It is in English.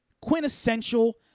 quintessential